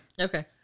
Okay